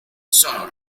sono